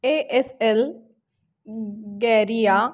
A S L गॅरिया